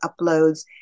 uploads